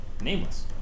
Nameless